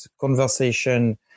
conversation